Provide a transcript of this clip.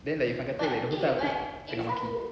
then like kena maki